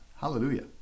hallelujah